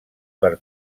per